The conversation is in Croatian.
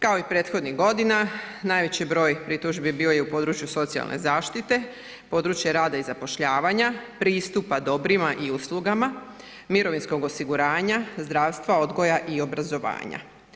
Kao i prethodnih godina najveći broj pritužbi bio je u području socijalne zaštite, područje rada i zapošljavanja, pristupa dobrima i uslugama, mirovinskog osiguranja, zdravstva, odgoja i obrazovanja.